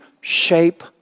shape